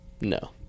No